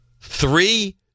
three